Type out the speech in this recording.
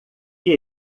que